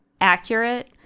accurate